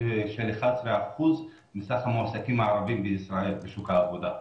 11% מסך המועסקים הערבים בישראל בשוק העבודה.